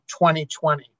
2020